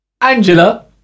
Angela